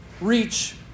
reach